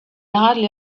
hardly